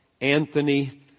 Anthony